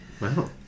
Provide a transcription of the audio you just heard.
Wow